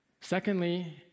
Secondly